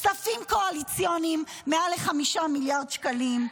כספים קואליציוניים מעל ל-5 מיליארד שקלים,